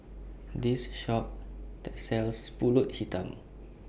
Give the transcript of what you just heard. This Shop sells Pulut Hitam